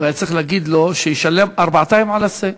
הוא היה צריך להגיד לו שישלם ארבעתיים על השה.